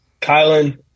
Kylan